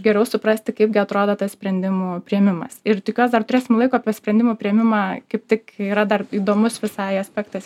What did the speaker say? geriau suprasti kaipgi atrodo tas sprendimų priėmimas ir tikiuos dar turėsim laiko apie sprendimų priėmimą kaip tik yra dar įdomus visai aspektas